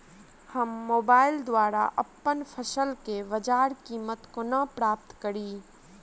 हम मोबाइल द्वारा अप्पन फसल केँ बजार कीमत कोना प्राप्त कड़ी?